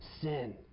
sin